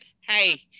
Hey